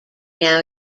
now